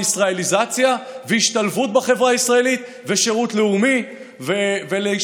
ישראליזציה והשתלבות בחברה הישראלית ושירות לאומי ולשלב